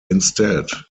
instead